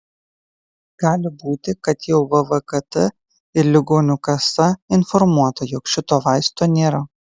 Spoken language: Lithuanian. gali būti kad jau vvkt ir ligonių kasa informuota jog šito vaisto nėra